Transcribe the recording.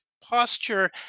posture